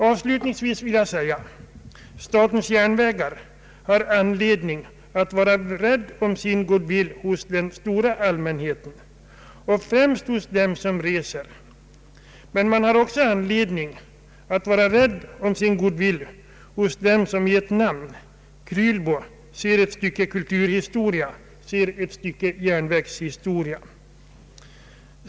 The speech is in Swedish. Avslutningsvis vill jag säga att statens järnvägar har anledning att vara rädd om sin good will hos den stora allmänheten och främst hos dem som reser, men man har också anledning att vara rädd om sin good will hos dem som i ett namn — Krylbo — ser ett stycke kulturhistoria, ett stycke järnvägshistoria.